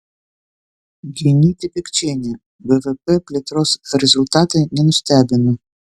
genytė pikčienė bvp plėtros rezultatai nenustebino